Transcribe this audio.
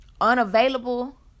unavailable